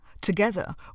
Together